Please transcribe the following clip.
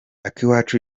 akiwacu